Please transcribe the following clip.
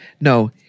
No